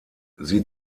sie